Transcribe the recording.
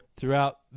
Throughout